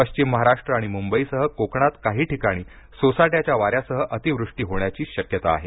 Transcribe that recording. पश्चिम महाराष्ट्र आणि मुंबईसह कोकणात काही ठिकाणी सोसाट्याच्या वाऱ्यासह अतिवृष्टी होण्याची शक्यता आहे